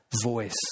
voice